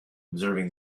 observing